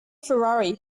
ferrari